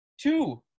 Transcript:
two